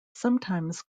sometimes